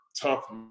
tough